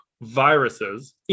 viruses